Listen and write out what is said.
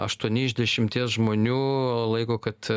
aštuoni iš dešimties žmonių laiko kad